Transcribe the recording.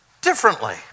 differently